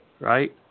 Right